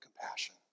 compassion